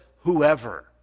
whoever